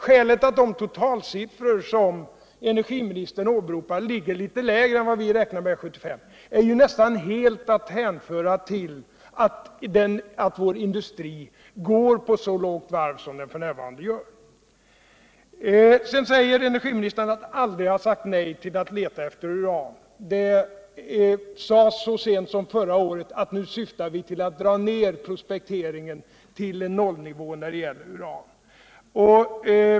Skälet till att de totalsiffror som energiministern åberopar ligger litet lägre än dem vi 1975 räknade med är nästan helt att hänföra till att vår industri går på så lågt varv som den f.n. gör. Sedan säger energiministern att han aldrig har sagt nej ull att leta efter uran. Så sent som förra året sades det att vi nu syftar till att dra ner prospekteringen vill nollnivån när det gäller uran.